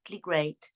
great